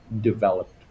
developed